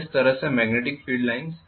इस तरह से मेग्नेटिक फील्ड लाइन्स हैं